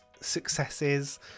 successes